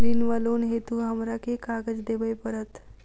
ऋण वा लोन हेतु हमरा केँ कागज देबै पड़त?